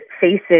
faces